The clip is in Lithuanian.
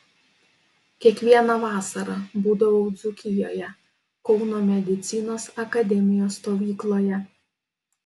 kiekvieną vasarą būdavau dzūkijoje kauno medicinos akademijos stovykloje